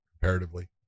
comparatively